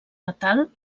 natal